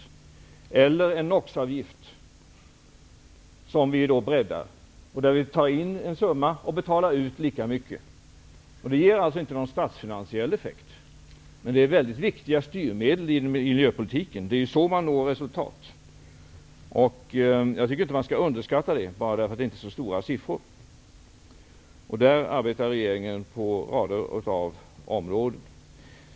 Det kan vara en NOX-avgift, som vi breddar. Vi tar in en summa och betalar ut lika mycket. Det ger inte någon statsfinansiell effekt. Men det är viktiga styrmedel i miljöpolitiken. Det är så man når resultat. Jag tycker inte att man skall underskatta det, bara för att det inte är så stora siffror. Regeringen arbetar på rader av områden i detta avseende.